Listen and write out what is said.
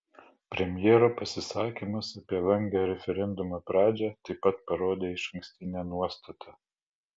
premjero pasisakymas apie vangią referendumo pradžią taip pat parodė išankstinę nuostatą